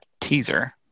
teaser